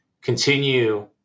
continue